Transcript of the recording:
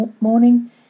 morning